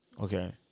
Okay